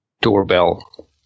doorbell